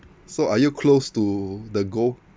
so are you close to the goal